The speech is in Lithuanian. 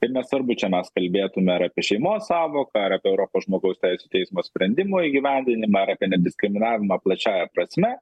ir nesvarbu čia mes kalbėtume ar apie šeimos sąvoką ar apie europos žmogaus teisių teismo sprendimų įgyvendinimą ar apie nediskriminavimą plačiąja prasme